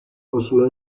possono